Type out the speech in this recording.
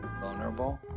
vulnerable